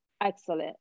excellent